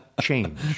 change